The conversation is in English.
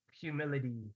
humility